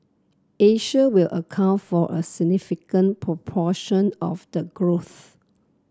Asia will account for a significant proportion of the growth